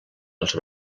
els